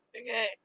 Okay